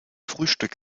frühstück